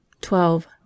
twelve